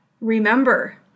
Remember